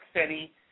City